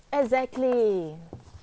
exactly